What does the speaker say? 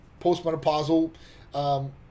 postmenopausal